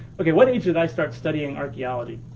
okay, what age did i start studying archeology?